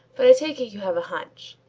but i take it you have a hunch.